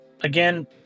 again